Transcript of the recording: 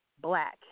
black